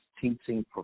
teaching